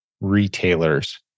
retailers